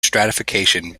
stratification